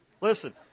Listen